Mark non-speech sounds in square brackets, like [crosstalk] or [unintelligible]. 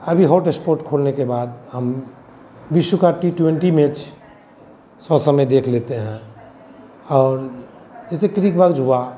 अभी hot spot खोलने के बाद हम विश्व का टी ट्वेंटी मैच सो समय देख लेते हैं और जैसे [unintelligible] हुआ